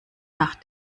nach